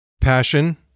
passion